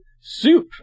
soup